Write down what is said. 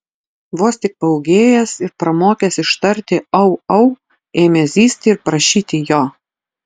vos tik paūgėjęs ir pramokęs ištarti au au ėmė zyzti ir prašyti jo